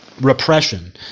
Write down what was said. repression